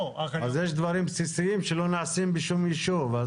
אז יש דברים בסיסיים שלא נעשים בשום ישוב.